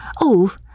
Oh